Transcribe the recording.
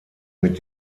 mit